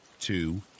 two